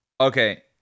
Okay